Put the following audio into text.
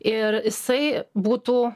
ir jisai būtų